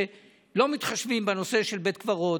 שלא מתחשבים בנושא של בית קברות,